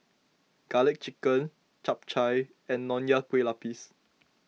Garlic Chicken Chap Chai and Nonya Kueh Lapis